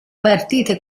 partite